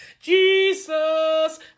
Jesus